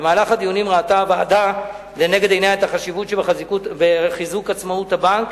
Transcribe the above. במהלך הדיונים ראתה הוועדה לנגד עיניה את החשיבות שבחיזוק עצמאות הבנק,